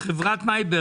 חברת מיברג